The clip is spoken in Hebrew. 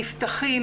נפתחים,